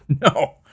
No